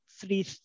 three